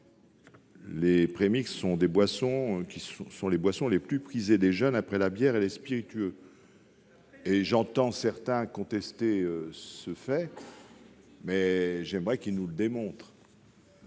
Les premix sont les boissons les plus prisées des jeunes après la bière et les spiritueux. Et après la bière ! J'entends certains contester ce fait, mais j'aimerais qu'ils démontrent